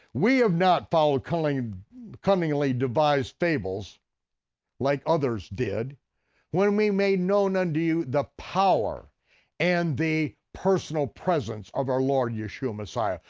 we have not followed cunningly cunningly devised fables like others did when we made known unto you the power and the personal presence of our lord, yeshua messiah,